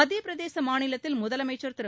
மத்தியப் பிரதேச மாநிலத்தில் முதலமைச்சர் திரு